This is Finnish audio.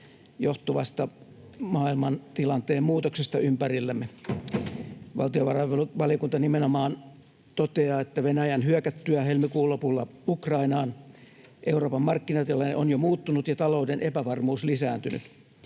johtuvasta maailmantilanteen muutoksesta ympärillämme. Valtiovarainvaliokunta nimenomaan toteaa, että Venäjän hyökättyä helmikuun lopulla Ukrainaan Euroopan markkinatilanne on jo muuttunut ja talouden epävarmuus lisääntynyt.